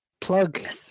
plug